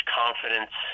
confidence